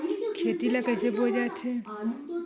खेती ला कइसे बोय जाथे?